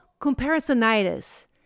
comparisonitis